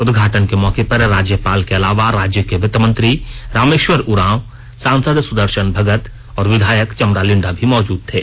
उद्घाटन मौके पर राज्यपाल के अलावा राज्य के वित्त मंत्री रामेश्वर उरांव सांसद सुदर्शन भगत और विधायक चमरा लिंडा भी मौजूद थे